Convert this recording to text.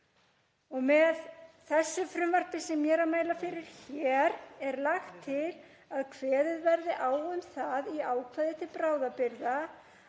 ár. Með þessu frumvarpi sem ég mæli fyrir hér er lagt til að kveðið verði á um það í ákvæði til bráðabirgða